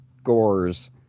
scores